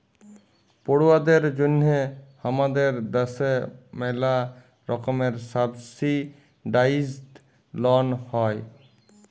পড়ুয়াদের জন্যহে হামাদের দ্যাশে ম্যালা রকমের সাবসিডাইসদ লন হ্যয়